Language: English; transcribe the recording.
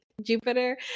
Jupiter